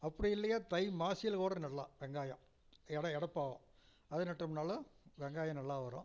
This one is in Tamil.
அப்படி இல்லையா தை மாசியில் கூட நடலாம் வெங்காயம் எடை எடப்பாவோம் அது நட்டோம்னாலும் வெங்காயம் நல்லா வரும்